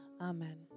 Amen